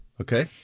Okay